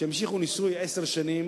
לא הגיוני שימשיכו ניסוי עשר שנים